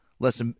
less